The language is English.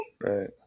right